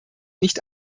nicht